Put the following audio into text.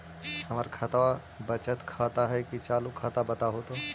हमर खतबा बचत खाता हइ कि चालु खाता, बताहु तो?